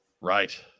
Right